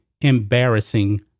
embarrassing